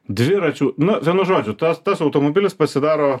dviračių na vienu žodžiu tas tas automobilis pasidaro